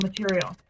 material